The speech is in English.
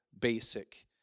basic